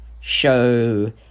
show